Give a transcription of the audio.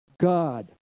God